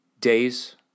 days